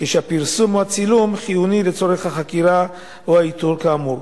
כשהפרסום או הצילום חיוני לצורך החקירה או האיתור כאמור,